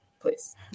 Please